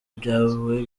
byawe